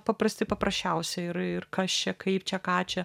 paprasti paprasčiausi ir ir kas čia kaip čia ką čia